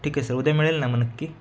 ठीके सर उद्या मिळेल ना मग नक्की